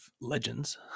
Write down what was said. legends